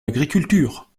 l’agriculture